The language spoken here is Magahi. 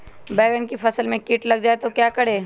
बैंगन की फसल में कीट लग जाए तो क्या करें?